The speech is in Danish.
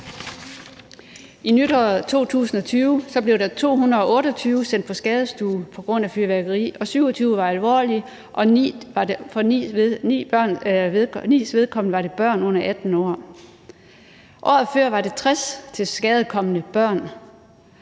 I nytåret 2020 blev 228 sendt på skadestuen på grund af fyrværkeri, og 27 af tilfældene var alvorlige, og 9 af dem var børn under 18 år. Året før var det 60 tilskadekomne børn